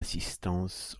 assistance